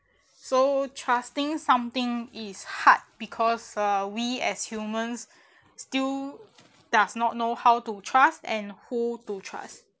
so trusting something is hard because uh we as humans still does not know how to trust and who to trust